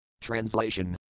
TRANSLATION